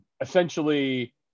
essentially